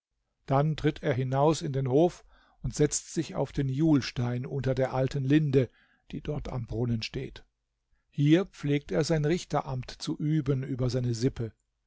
ann tritt er hinaus in ben gof unb fefct fiel auf ben gulftein unter ber alten sinbe bie bort am srumten fteejt söter pflegt er fein stichteramt gu üben über feine sippe